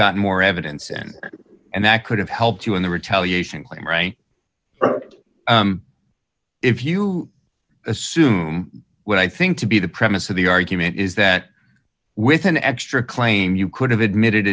gotten more evidence and and that could have helped you in the retaliation claim if you assume what i think to be the premise of the argument is that with an extra claim you could have admitted